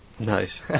nice